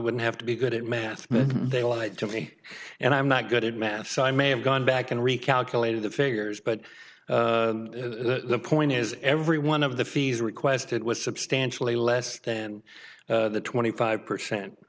wouldn't have to be good at math they lied to me and i'm not good at math so i may have gone back and recalculated the figures but the point is every one of the fees requested was substantially less than twenty five percent